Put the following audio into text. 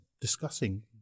discussing